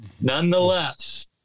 Nonetheless